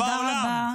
תודה רבה.